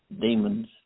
demons